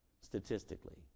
statistically